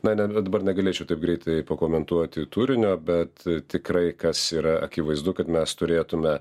na ne va dabar negalėčiau taip greitai pakomentuoti turinio bet tikrai kas yra akivaizdu kad mes turėtume